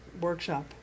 workshop